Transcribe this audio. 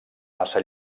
massa